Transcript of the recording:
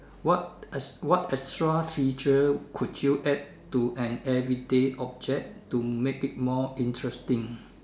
what ex~ what extra feature could you add to an everyday object to make it more interesting